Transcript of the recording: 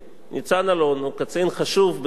ניצן אלון הוא קצין חשוב בצה"ל,